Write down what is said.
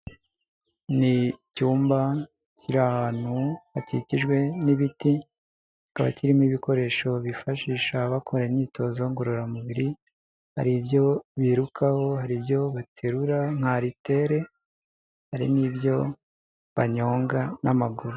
Ni icyumba kiri ahantu hakikijwe n'ibiti, kikaba kirimo ibikoresho bifashisha bakora imyitozo ngororamubiri, hari ibyo birukaho, hari ibyo baterura nka aritere, hari n'ibyo banyonga n'amaguru.